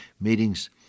meetings